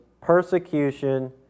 persecution